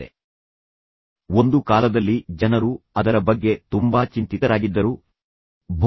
ತದನಂತರ ಒಂದು ಕಾಲದಲ್ಲಿ ಜನರು ಅದರ ಬಗ್ಗೆ ತುಂಬಾ ಚಿಂತಿತರಾಗಿದ್ದರು ಎಂದು ನಾನು ನಿಮಗೆ ಹೇಳಿದೆ